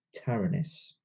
taranis